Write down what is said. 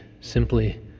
simply